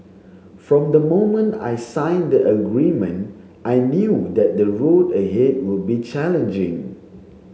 from the moment I signed the agreement I knew that the road ahead would be challenging